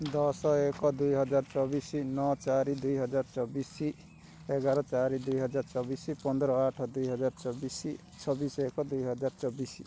ଦଶ ଏକ ଦୁଇ ହଜାର ଚବିଶି ନଅ ଚାରି ଦୁଇ ହଜାର ଚବିଶି ଏଗାର ଚାରି ଦୁଇ ହଜାର ଚବିଶି ପନ୍ଦର ଆଠ ଦୁଇ ହଜାର ଚବିଶି ଛବିଶି ଏକ ଦୁଇ ହଜାର ଚବିଶି